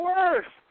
Worse